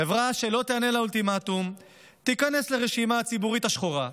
חברה שלא תיענה לאולטימטום תיכנס לרשימה הציבורית השחורה,